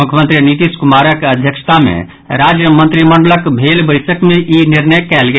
मुख्यमंत्री नीतीश कुमारक अध्यक्षता मे राज्य मंत्रिमंडलक भेल बैसक मे ई निर्णय कयल गेल